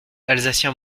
alsacien